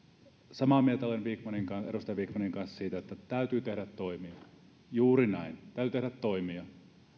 samaa mieltä olen edustaja vikmanin kanssa siitä että täytyy tehdä toimia juuri näin täytyy tehdä toimia